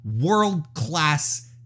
world-class